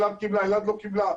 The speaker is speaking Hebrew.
אלעד לא קיבלה.